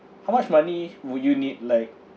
how much money would you need like